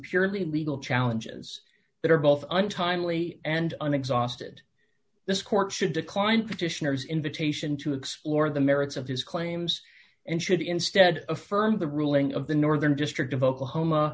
purely legal challenges that are both untimely and an exhausted this court should decline petitioner's invitation to explore the merits of his claims and should instead affirm the ruling of the northern district of oklahoma